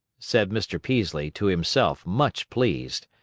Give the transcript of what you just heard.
said mr. peaslee to himself, much pleased.